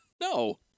No